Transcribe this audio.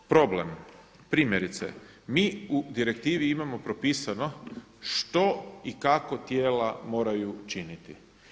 Problem primjerice, mi u direktivi imamo propisano što i kako tijela moraju činiti.